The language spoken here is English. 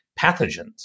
pathogens